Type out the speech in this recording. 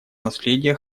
наследие